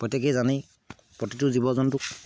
প্ৰত্যেকেই জানেই প্ৰতিটো জীৱ জন্তুক